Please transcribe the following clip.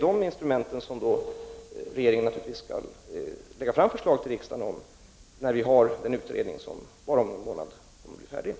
Regeringen skall naturligtvis lägga fram förslag till riksdagen om sådana instrument, när vi har resultatet av den utredning som är klar om bara någon månad.